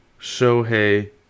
Shohei